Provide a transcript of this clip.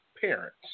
parents